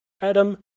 Adam